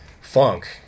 funk